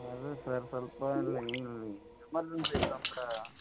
ಅದು ಸರ್ ಸ್ವಲ್ಪ ಎಮರ್ಜನ್ಸಿ ಇತ್ತಂತ